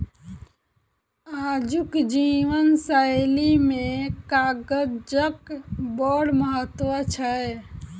आजुक जीवन शैली मे कागजक बड़ महत्व छै